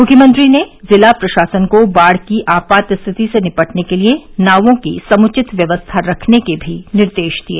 मुख्यमंत्री ने जिला प्रशासन को बाढ़ की आपात स्थिति से निपटने के लिए नावों की समुचित व्यवस्था रखने के भी निर्देश दिए